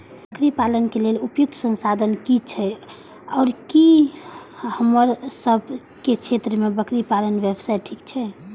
बकरी पालन के लेल उपयुक्त संसाधन की छै आर की हमर सब के क्षेत्र में बकरी पालन व्यवसाय ठीक छै?